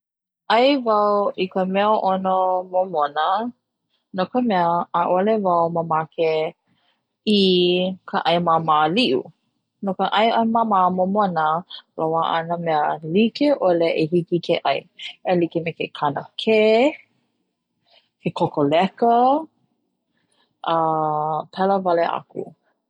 Ai wau i ka meaʻono momana no ka mea ʻaʻole wau mamake i ka meaʻono liʻu. no ka mea ʻai momona loaʻa na mea likeʻole i hiki ke ʻai e like me ka kaneka, kokoleka a pela wale aku.